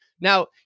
Now